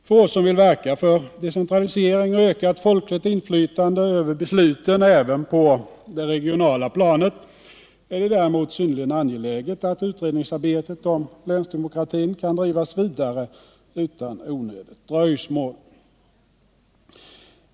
För oss som vill verka för decentralisering och ökat folkligt inflytande över besluten även på det regionala planet, är det däremot synnerligen angeläget att utredningsarbetet om länsdemokratin kan drivas vidare utan onödigt dröjsmål.